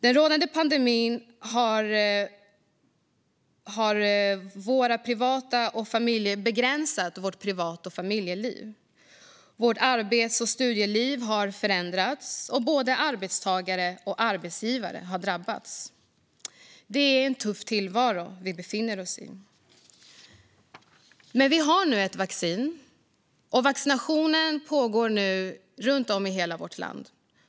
Den rådande pandemin har begränsat vårt privat och familjeliv. Vårt arbets och studieliv har förändrats. Både arbetstagare och arbetsgivare har drabbats. Det är en tuff tillvaro vi befinner oss i. Men vi har nu ett vaccin, och vaccinationerna pågår runt om i hela vårt land.